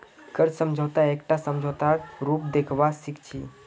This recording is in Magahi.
कर्ज समझौताक एकटा समझौतार रूपत देखवा सिख छी